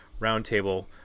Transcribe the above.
roundtable